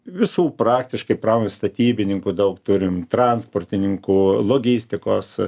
visų praktiškai pramonių statybininkų daug turim transportininkų logistikos